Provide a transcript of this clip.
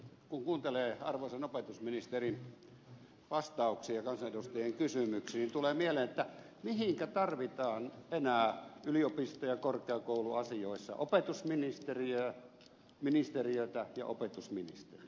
kun kuuntelee arvoisan opetusministerin vas tauksia kansanedustajien kysymyksiin tulee mieleen että mihinkä tarvitaan enää yliopistoja korkeakouluasioissa opetusministeriötä ja opetusministeriä